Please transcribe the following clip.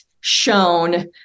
shown